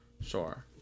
Sure